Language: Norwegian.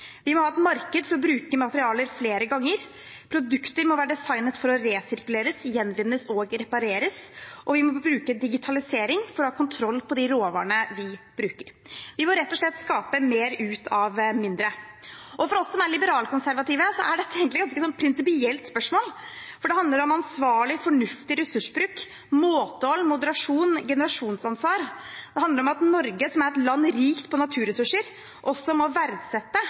Vi må ha et marked for å bruke materialer flere ganger. Produkter må være designet for å resirkuleres, gjenvinnes og repareres, og vi må bruke digitalisering for å ha kontroll på de råvarene vi bruker. Vi må rett og slett skape mer ut av mindre. For oss som er liberalkonservative, er dette egentlig et ganske prinsipielt spørsmål, for det handler om ansvarlig, fornuftig ressursbruk, måtehold, moderasjon og generasjonsansvar. Det handler om at Norge, som er et land rikt på naturressurser, også må verdsette